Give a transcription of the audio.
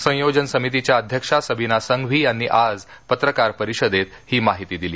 संयोजन समितीच्या अध्यक्षा सवीना संघवी यांनी आज पत्रकार परिषदेत माहिती दिली